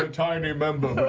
um tiny member